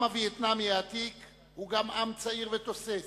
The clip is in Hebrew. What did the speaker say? העם הווייטנאמי העתיק הוא גם עם צעיר ותוסס,